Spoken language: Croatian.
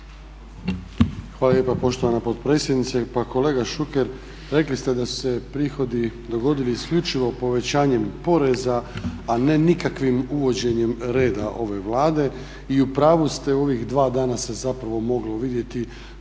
Hvala lijepa poštovana potpredsjednice. Pa kolega Šuker rekli ste da su se prihodi dogodili isključivo povećanjem poreza a ne nikakvim uvođenjem reda ove Vlade. I upravu ste u ovih dva dana se zapravo moglo vidjeti